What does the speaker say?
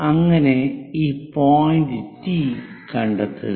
അങ്ങനെ ഈ point T കണ്ടെത്തുക